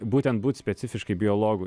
būtent būt specifiškai biologu